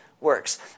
works